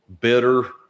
bitter